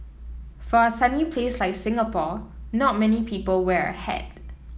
for a sunny place like Singapore not many people wear a hat